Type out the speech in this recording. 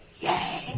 Yay